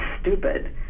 stupid